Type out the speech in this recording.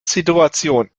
situation